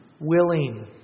willing